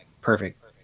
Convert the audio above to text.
perfect